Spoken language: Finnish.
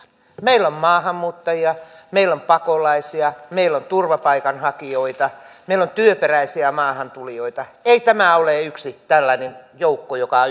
meillä on maahanmuuttajia meillä on pakolaisia meillä on turvapaikanhakijoita meillä on työperäisiä maahantulijoita ei tämä ole yksi tällainen joukko joka